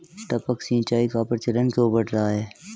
टपक सिंचाई का प्रचलन क्यों बढ़ रहा है?